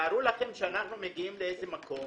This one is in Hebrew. תארו לכם שאנחנו מגיעים למקום